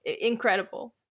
Incredible